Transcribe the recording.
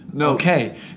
Okay